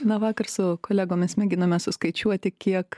na vakar su kolegomis mėginome suskaičiuoti kiek